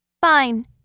Fine